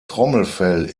trommelfell